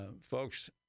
folks